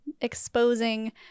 exposing